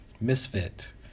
misfit